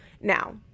Now